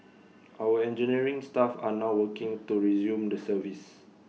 our engineering staff are now working to resume the service